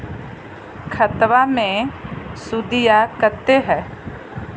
खतबा मे सुदीया कते हय?